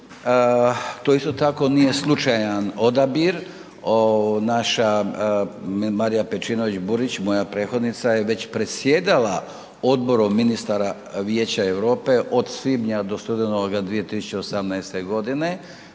to isto tako nije slučajan odabir, naša Marija Pejčinović Burić, moja prethodnica je već predsjedala odborom ministara Vijeća Europe od svibnja do studenoga 2018. godine,